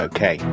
Okay